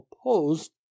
opposed